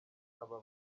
aba